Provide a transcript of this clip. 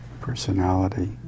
personality